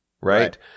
Right